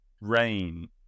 rain